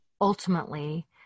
Ultimately